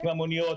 המוניות.